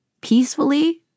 peacefully